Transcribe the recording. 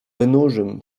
wynurzym